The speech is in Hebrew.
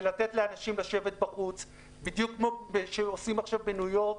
ולתת לאנשים לשבת בחוץ בדיוק כמו שעושים בניו-יורק.